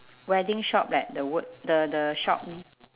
wedding shop leh the word the the shop name